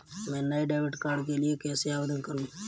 मैं नए debit card के लिए कैसे आवेदन करूं?